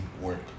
work